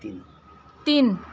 तिन